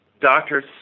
Doctors